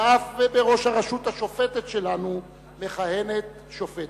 ואף בראש הרשות השופטת שלנו מכהנת שופטת.